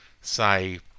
say